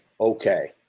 Okay